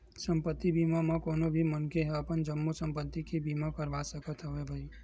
संपत्ति बीमा म कोनो भी मनखे ह अपन जम्मो संपत्ति के बीमा करवा सकत हवय भई